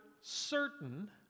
certain